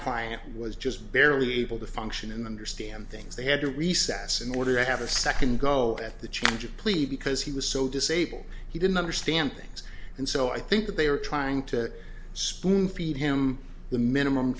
client was just barely able to function in the understand things they had to recess in order to have a second go at the change of pleas because he was so disabled he didn't understand things and so i think that they are trying to spoonfeed him the minimum